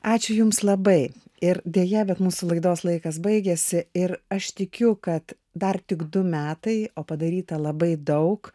ačiū jums labai ir deja bet mūsų laidos laikas baigėsi ir aš tikiu kad dar tik du metai o padaryta labai daug